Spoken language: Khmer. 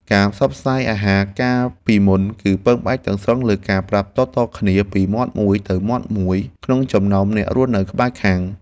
ការផ្សព្វផ្សាយអាហារកាលពីមុន គឺពឹងផ្អែកទាំងស្រុងលើការប្រាប់តៗគ្នាពីមាត់មួយទៅមាត់មួយក្នុងចំណោមអ្នករស់នៅក្បែរខាង។